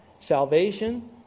Salvation